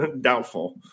Doubtful